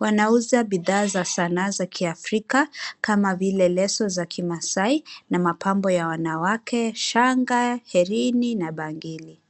Wanauza bidhaa za sanaa za kiafrika kama vile leso za kimaasai na mapambo ya wanawake shanga, herini na bangili.